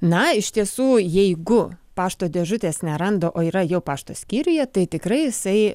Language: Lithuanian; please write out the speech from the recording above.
na iš tiesų jeigu pašto dėžutės neranda o yra jau pašto skyriuje tai tikrai jisai